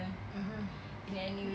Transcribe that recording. mmhmm